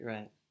Right